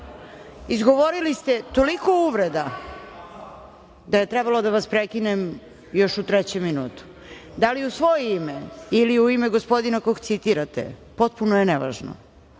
Izgovorili ste toliko uvreda da je trebalo da vas prekinem još u trećem minutu. Da li u svoje ime ili u ime gospodina koga citirate, potpuno je nevažno,